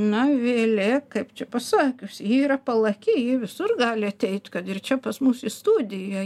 na vėlė kaip čia pasakius ji yra palaki ji visur gali ateit kad ir čia pas mus į studiją